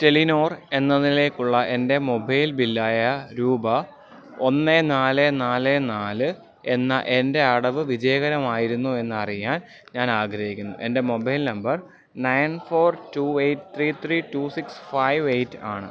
Telenor എന്നതിലേക്കുള്ള എൻ്റെ mobile ബില്ലായ രൂപ ഒന്ന് നാല് നാല് നാല് എന്ന എൻ്റെ അടവ് വിജയമായിരുന്നോ എന്നറിയാൻ ഞാനാഗ്രഹിക്കുന്നു എൻ്റെ mobile number nine four two eight three three two six five eight ആണ്